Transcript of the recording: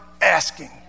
asking